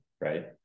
right